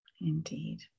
indeed